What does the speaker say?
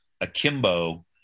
akimbo